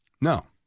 No